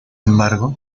embargo